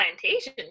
plantation